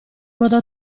modo